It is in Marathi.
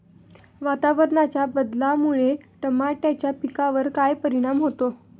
वातावरणाच्या बदलामुळे टमाट्याच्या पिकावर काय परिणाम होतो?